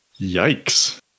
Yikes